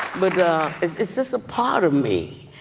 but it's it's just a part of me.